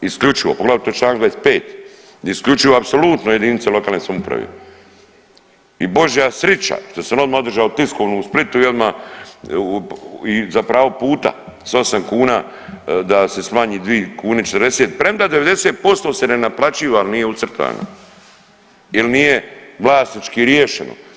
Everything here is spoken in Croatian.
Isključivo, poglavito članak 25. gdje isključivo, apsolutno jedinice lokalne samouprave i božja srića što sam odmah održao tiskovnu u Splitu i odmah za pravo puta sa 8 kuna da se smanji 2 kune i 40, premda 90% se ne naplaćiva jer nije ucrtano, jer nije vlasnički riješeno.